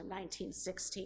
1916